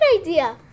idea